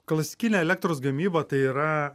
klasikinė elektros gamyba tai yra